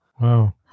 Wow